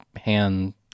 hand